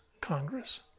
Congress